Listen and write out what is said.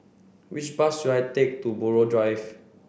which bus should I take to Buroh Drive